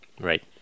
Right